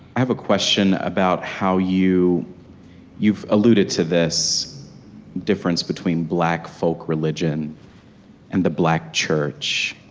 have a question about how you you've alluded to this difference between black folk religion and the black church.